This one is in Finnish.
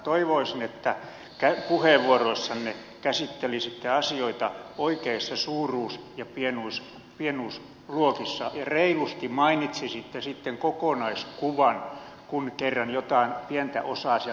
toivoisin että puheenvuoroissanne käsittelisitte asioita oikeissa suuruus ja pienuusluokissa ja reilusti mainitsisitte sitten kokonaiskuvan kun kerran jotain pientä osaa sieltä nypitte